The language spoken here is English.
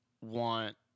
want